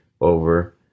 over